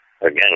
again